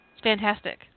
Fantastic